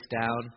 down